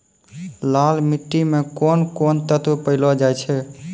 लाल मिट्टी मे कोंन कोंन तत्व पैलो जाय छै?